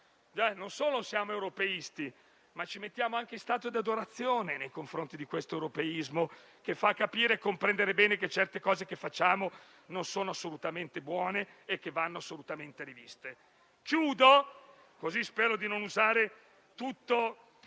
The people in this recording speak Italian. non solo siamo europeisti, ma ci mettiamo anche in stato di adorazione nei confronti di questo europeismo, che fa capire e comprendere bene che certe cose che facciamo non sono assolutamente buone e vanno assolutamente riviste. Concludo, sperando di non usare tutto